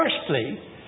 Firstly